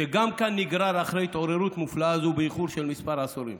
שגם כאן נגרר אחרי התעוררות מופלאה זו באיחור של כמה עשורים.